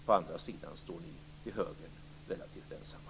På andra sidan står ni i högern relativt ensamma.